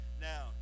Now